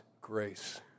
grace